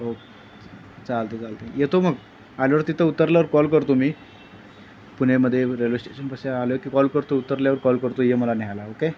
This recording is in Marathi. ओक चालते चालते येतो मग आल्यावर तिथं उतरल्यावर कॉल करतो मी पुणेमध्ये रेल्वे स्टेशनपाशी आल्यावर मी कॉल करतो उतरल्यावर कॉल करतो ये मला न्यायला ओके